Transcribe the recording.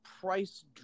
price